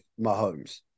Mahomes